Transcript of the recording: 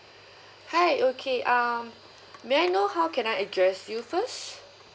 hi okay um may I know how can I address you first